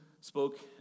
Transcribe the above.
spoke